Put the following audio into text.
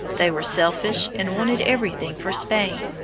they were selfish and wanted everything for spain.